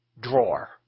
drawer